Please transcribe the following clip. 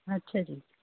ਅੱਛਾ ਜੀ